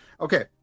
Okay